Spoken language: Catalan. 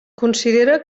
considera